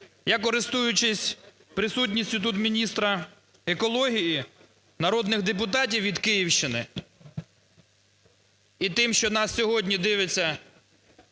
Я, користуючись присутністю тут міністра екології, народних депутатів від Київщини і тим, що нас сьогодні дивиться